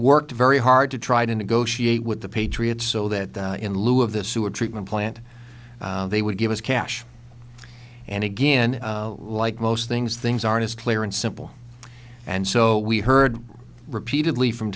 worked very hard to try to negotiate with the patriots so that in lieu of the sewage treatment plant they would give us cash and again like most things things aren't as clear and simple and so we heard repeatedly from